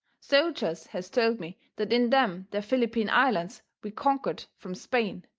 soldiers has told me that in them there philippine islands we conquered from spain,